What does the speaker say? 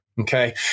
Okay